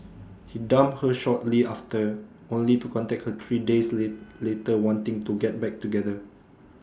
he dumped her shortly after only to contact her three days lay later wanting to get back together